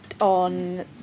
on